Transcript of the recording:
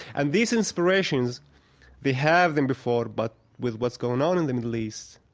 and these inspirations they have been before, but with what's going on in the middle east,